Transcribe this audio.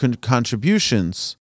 contributions